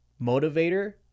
motivator